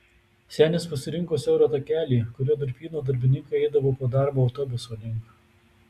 senis pasirinko siaurą takelį kuriuo durpyno darbininkai eidavo po darbo autobuso link